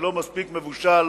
שלא מספיק בשל,